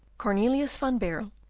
cornelius van baerle,